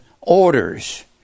orders